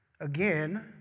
again